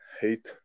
hate